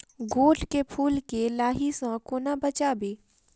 गोट केँ फुल केँ लाही सऽ कोना बचाबी?